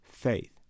faith